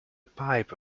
pipe